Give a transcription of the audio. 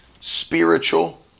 spiritual